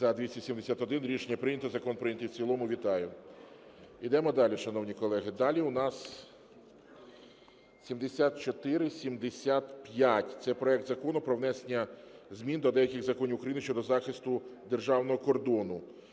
За-271 Рішення прийнято. Закон прийнятий в цілому. Вітаю! Йдемо далі, шановні колеги. Далі у нас 7475. Це проект Закону про внесення змін до деяких законів України щодо захисту державного кордону.